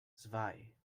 zwei